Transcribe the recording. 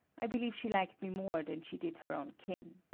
i believe she liked me more than she did her own kin.